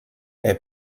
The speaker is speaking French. est